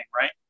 right